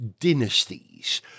dynasties